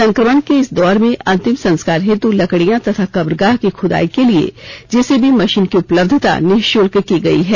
संक्रमण के इस दौर में अंतिम संस्कार हेतु लकड़ियां तथा कब्रगाह खुदाई के लिए जेसीबी मशीन की उपलब्धता निःशुल्क की गई है